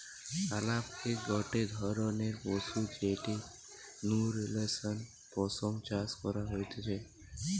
আলাপকে গটে ধরণের পশু যেটির নু রেশম পশম চাষ করা হতিছে